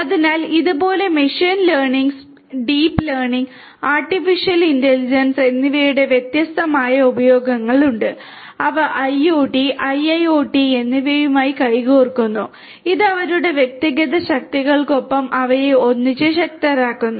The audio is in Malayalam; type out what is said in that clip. അതിനാൽ ഇതുപോലെ machine learning deep learning artificial intelligence എന്നിവയുടെ വ്യത്യസ്തമായ ഉപയോഗങ്ങളുണ്ട് അവ IoT IIoT എന്നിവയുമായി കൈകോർക്കുന്നു ഇത് അവരുടെ വ്യക്തിഗത ശക്തികൾക്കൊപ്പം അവയെ ഒന്നിച്ച് ശക്തരാക്കുന്നു